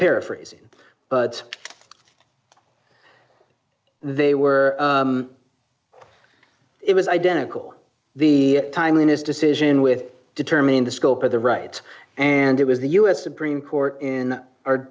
paraphrasing but they were it was identical the timeliness decision with determining the scope of the right and it was the u s supreme court in our